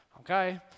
okay